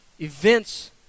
events